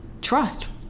trust